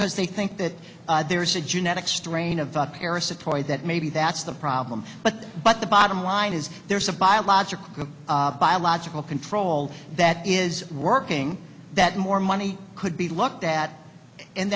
because they think that there's a genetic strain of paris a toy that maybe that's the problem but but the bottom line is there's a biological biological control that is working that more money could be looked at and